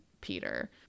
Peter